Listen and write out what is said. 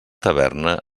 taverna